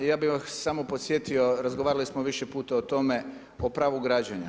Ja bih vas samo podsjetio, razgovarali smo više puta o tome, o pravu građenja.